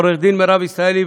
עורכת-הדין מירב ישראלי,